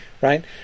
right